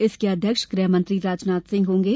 इसके अध्यक्ष गृहमंत्री राजनाथ सिंह होंगे